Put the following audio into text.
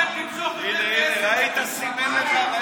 מה עשיתם 12 שנים?